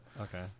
okay